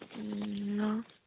ꯎꯝ hello